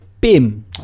BIM